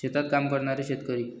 शेतात काम करणारे शेतकरी